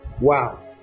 Wow